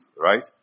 right